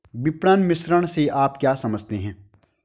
विपणन मिश्रण से आप क्या समझते हैं?